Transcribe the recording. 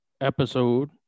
episode